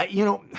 ah you know,